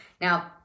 now